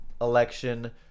election